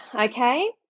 okay